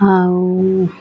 ଆଉ